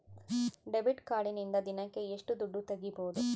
Debit ಕಾರ್ಡಿನಿಂದ ದಿನಕ್ಕ ಎಷ್ಟು ದುಡ್ಡು ತಗಿಬಹುದು?